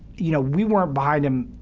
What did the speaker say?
you know, we weren't behind him